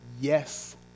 Yes